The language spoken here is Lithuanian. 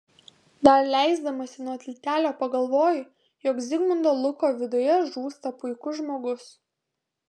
dar leisdamasi nuo tiltelio pagalvoju jog zigmundo luko viduje žūsta puikus žmogus